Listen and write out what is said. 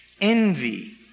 envy